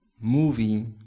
movie